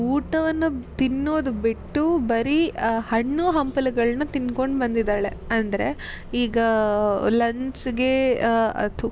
ಊಟವನ್ನು ತಿನ್ನೋದು ಬಿಟ್ಟು ಬರಿ ಹಣ್ಣು ಹಂಪಲಗಳನ್ನ ತಿನ್ಕೊಂಡು ಬಂದಿದ್ದಾಳೆ ಅಂದರೆ ಈಗ ಲಂಚ್ಗೆ ಥು